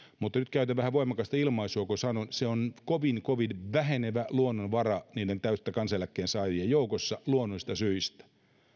mutta nyt käytän vähän voimakasta ilmaisua kun sanon että se on kovin kovin vähenevä luonnonvara niiden täyttä kansaneläkettä saavien joukossa luonnollisista syistä